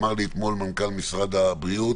אמר לי אתמול מנכ"ל משרד הבריאות